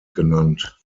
genannt